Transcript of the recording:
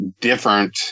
different